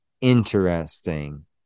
interesting